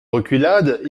reculades